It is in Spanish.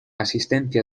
asistencia